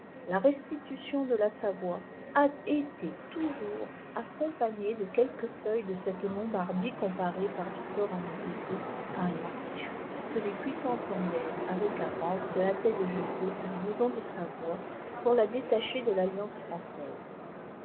la restitution de la savoie a été toujours accompagnée de quelques feuilles de cette lombardie comparée par victor amédée ii à un artichaut que les puissances en guerre avec la france se hâtaient de jeter à la maison de savoie pour la détacher de l'alliance française